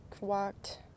walked